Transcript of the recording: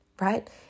right